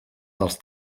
dels